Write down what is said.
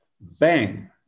Bang